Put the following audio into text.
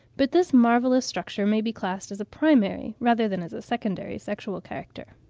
but this marvellous structure may be classed as a primary rather than as a secondary sexual character.